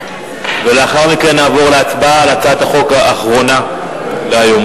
ולאחר מכן נעבור להצבעה על הצעת החוק האחרונה להיום.